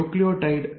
nucleotide